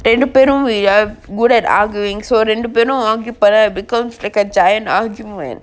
ரெண்டு பேரும்:rendu perum we are good at arguing so ரெண்டு பேரும்:rendu perum argue பண்ணா:panna becomes like a giant argument